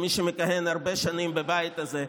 כמי שמכהן הרבה שנים בבית הזה,